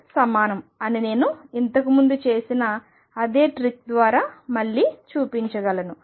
కి సమానం అని నేను ఇంతకు ముందు చేసిన అదే ట్రిక్ ద్వారా మళ్లీ చూపించగలను